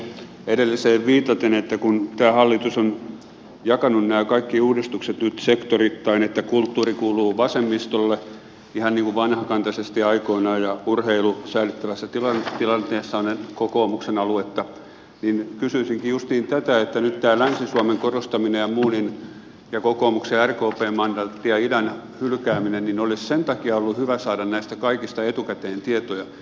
edelliseen viitaten kun tämä hallitus on jakanut nämä kaikki uudistukset nyt sektoreittain niin että kulttuuri kuuluu vasemmistolle ihan niin kuin vanhakantaisesti aikoinaan ja urheilu säälittävässä tilanteessaan on kokoomuksen aluetta kysyisinkin justiin tätä että kun on nyt tämä länsi suomen korostaminen ja kokoomuksen ja rkpn mandaatti ja idän hylkääminen ja muu niin olisi sen takia ollut hyvä saada näistä kaikista etukäteen tietoja